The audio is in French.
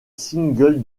single